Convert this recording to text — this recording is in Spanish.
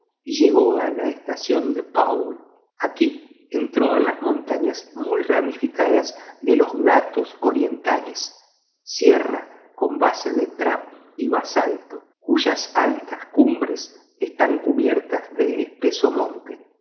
y luego a la estación de pauwll aquí entró en las montañas muy ramificadas de los gahts occidentales sierra con base de basalto cuyas altas cumbres están cubiertas de espesos montes